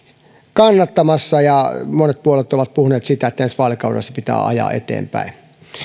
kannattamassa ja monet puolueet ovat puhuneet että ensi vaalikaudella se pitää ajaa eteenpäin